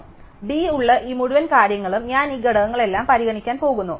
അതിനാൽ d ഉള്ള ഈ മുഴുവൻ കാര്യങ്ങളും ഞാൻ ഈ ഘട്ടങ്ങളെല്ലാം പരിഗണിക്കാൻ പോകുന്നു